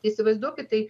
įsivaizduokit tai